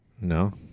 no